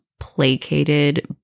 placated